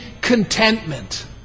contentment